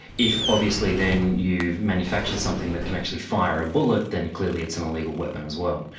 if obviously then you've manufactured something that can actually fire a bullet, then clearly it's an illegal weapon as well.